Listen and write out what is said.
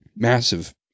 massive